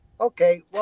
Okay